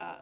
mr